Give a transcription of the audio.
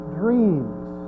dreams